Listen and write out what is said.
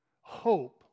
Hope